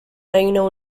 reino